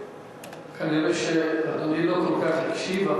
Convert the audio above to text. כנראה אדוני לא כל כך הקשיב,